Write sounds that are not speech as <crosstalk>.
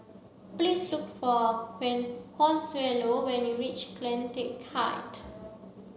please look for <unintelligible> Consuelo when you reach CleanTech Height